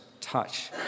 touch